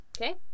Okay